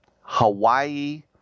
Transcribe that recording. Hawaii